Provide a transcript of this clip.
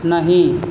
नहीं